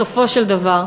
בסופו של דבר,